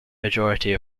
majority